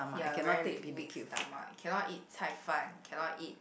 ya very leak weak stomach cannot eat 菜饭 cannot eat